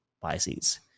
biases